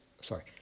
sorry